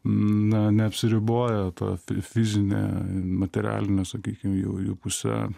na neapsiriboja ta fizine materialine sakykim jau jų puse